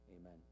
Amen